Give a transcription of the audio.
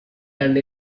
done